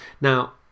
Now